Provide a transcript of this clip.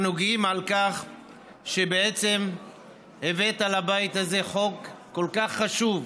אנחנו גאים על כך שבעצם הבאת לבית הזה חוק כל כך חשוב,